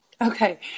Okay